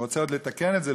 הוא רוצה עוד לתקן את זה,